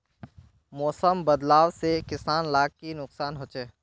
मौसम बदलाव से किसान लाक की नुकसान होचे?